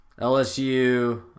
LSU